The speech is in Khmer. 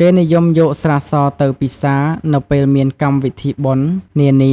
គេនិយមយកស្រាសទៅពិសានៅពេលមាន កម្មវិធីបុណ្យ នានា